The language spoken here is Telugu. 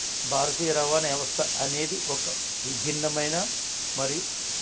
భారతీయ రవాణా వ్యవస్థ అనేది ఒక విభిన్నమైన మరియు